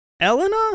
Elena